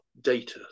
data